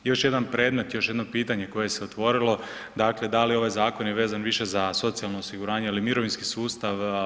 Još jedan predmet, još jedno pitanje koje se otvorilo, dakle da li ovaj zakon je vezan više za socijalno osiguranje ili mirovinski sustav?